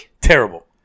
Terrible